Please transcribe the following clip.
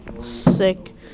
Sick